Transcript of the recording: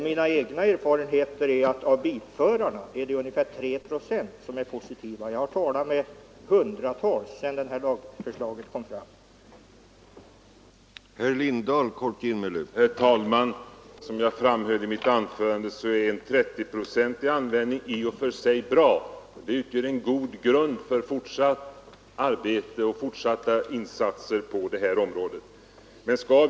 Mina egna erfarenheter är att det är ungefär 3 procent av bilförarna som är positiva till lagförslaget, och jag har talat med hundratals sedan det framlades.